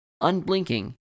unblinking